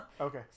Okay